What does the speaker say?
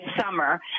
summer